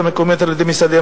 למה לא מקימים בתי-ספר שם?